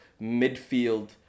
midfield